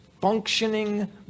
functioning